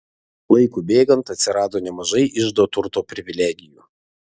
laikui bėgant atsirado nemažai iždo turto privilegijų